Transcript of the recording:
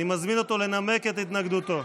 אני מזמין אותו לנמק את התנגדותו.